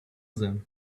them